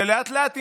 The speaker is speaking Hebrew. ולאט-לאט,